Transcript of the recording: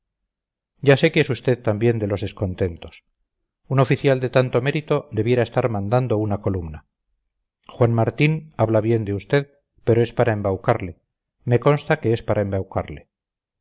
ya sé que es usted también de los descontentos un oficial de tanto mérito debiera estar mandando una columna juan martín habla bien de usted pero es para embaucarle me consta que es para